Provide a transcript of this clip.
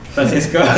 Francisco